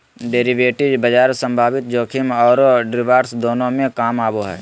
derivative बाजार संभावित जोखिम औरो रिवार्ड्स दोनों में काम आबो हइ